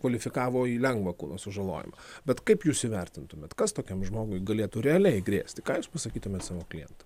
kvalifikavo į lengvą kūno sužalojimą bet kaip jūs įvertintumėt kas tokiam žmogui galėtų realiai grėsti ką jūs pasakytumėt savo klientui